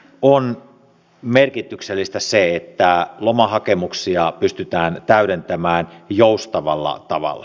on merkityksellistä että lomahakemuksia pystytään täydentämään joustavalla tavalla